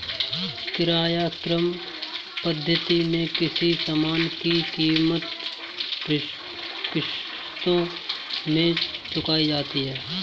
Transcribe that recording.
किराया क्रय पद्धति में किसी सामान की कीमत किश्तों में चुकाई जाती है